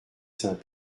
saint